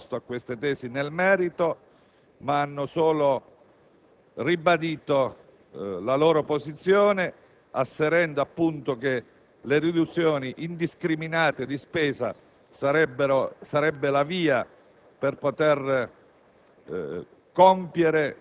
Le opposizioni non hanno risposto a queste tesi nel merito ma hanno solo ribadito la loro posizione asserendo che le riduzioni indiscriminate di spesa sarebbero la via per